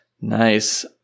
Nice